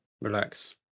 Relax